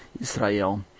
Israel